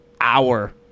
hour